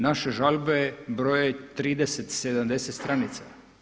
Naše žalbe broje 30, 70 stranica.